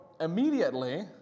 immediately